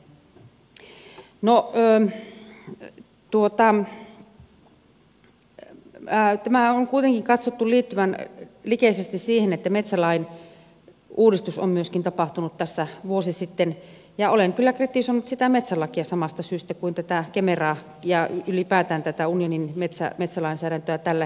tämän on kuitenkin katsottu liittyvän likeisesti siihen että metsälain uudistus on myöskin tapahtunut tässä vuosi sitten ja olen kyllä kritisoinut sitä metsälakia samasta syystä kuin tätä kemeraa ja ylipäätään tätä unionin metsälainsäädäntöä tällä hetkellä